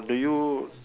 do you